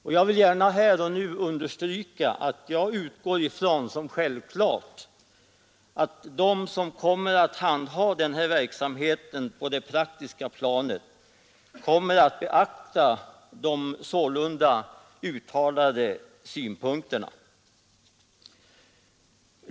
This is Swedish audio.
Och jag vill gärna här understryka att jag utgår ifrån som självklart att de som kommer att handha den här verksamheten på det praktiska planet kommer att beakta de sålunda uttalade synpunkterna.